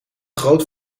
groot